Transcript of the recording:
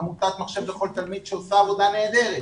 עמותת מחשב לכל תלמיד שעושה עבודה נהדרת.